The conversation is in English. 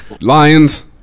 Lions